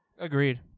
Agreed